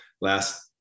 last